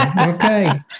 Okay